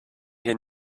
hier